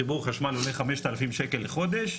חיבור חשמל עולה 5,000 ש"ח לחודש.